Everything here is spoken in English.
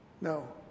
no